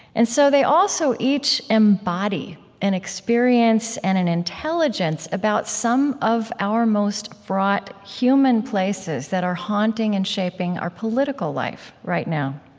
and so they also each embody an experience and an intelligence about some of our most fraught human places that are haunting and shaping our political life right now.